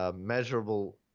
Measurable